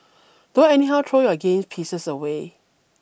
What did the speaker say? don't anyhow throw your game pieces away